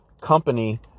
company